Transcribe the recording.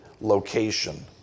location